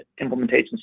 implementations